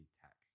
text